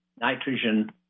nitrogen